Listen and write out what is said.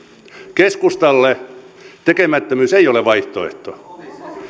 keskustalle tekemättömyys ei ole vaihtoehto